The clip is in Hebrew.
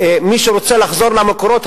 למי שרוצה לחזור למקורות,